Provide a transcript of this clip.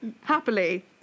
happily